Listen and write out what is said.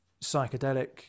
psychedelic